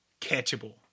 catchable